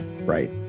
right